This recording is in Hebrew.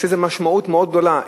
יש לזה משמעות מאוד גדולה.